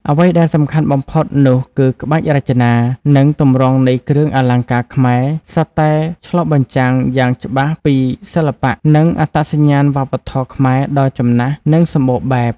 អ្វីដែលសំខាន់បំផុតនោះគឺ ក្បាច់រចនា និងទម្រង់នៃគ្រឿងអលង្ការខ្មែរ សុទ្ធតែឆ្លុះបញ្ចាំងយ៉ាងច្បាស់ពី សិល្បៈ និងអត្តសញ្ញាណវប្បធម៌ខ្មែរដ៏ចំណាស់ និងសម្បូរបែប។